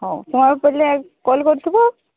ହଉ ପିଲେ କଲ୍ କରୁଥିବ